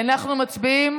אנחנו מצביעים